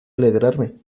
alegrarme